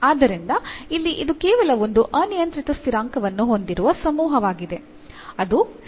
ಆದ್ದರಿಂದ ಇಲ್ಲಿ ಇದು ಕೇವಲ ಒಂದು ಅನಿಯಂತ್ರಿತ ಸ್ಥಿರಾಂಕವನ್ನು ಹೊಂದಿರುವ ಸಮೂಹವಾಗಿದೆ ಅದು ಸಿ